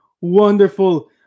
wonderful